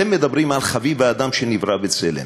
אתם מדברים על חביב האדם שנברא בצלם.